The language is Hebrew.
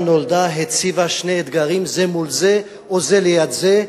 נולדה הציבה שני אתגרים זה מול זה או זה ליד זה,